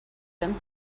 him